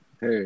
Hey